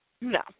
No